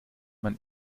man